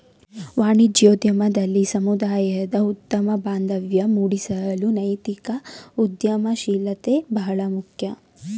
ವಾಣಿಜ್ಯೋದ್ಯಮದಲ್ಲಿ ಸಮುದಾಯದ ಉತ್ತಮ ಬಾಂಧವ್ಯ ಮೂಡಿಸಲು ನೈತಿಕ ಉದ್ಯಮಶೀಲತೆ ಬಹಳ ಮುಖ್ಯ